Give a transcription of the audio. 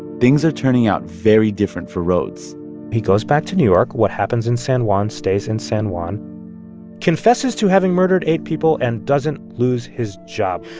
things are turning out very different for rhoads he goes back to new york what happens in san juan stays in san juan confesses to having murdered eight people and doesn't lose his job.